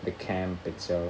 the camp itself